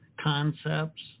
concepts